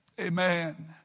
Amen